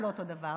זה לא אותו דבר.